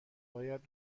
باید